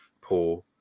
poor